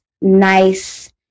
nice